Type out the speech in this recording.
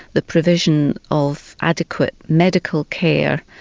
the provision of adequate medical care,